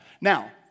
Now